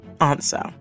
Answer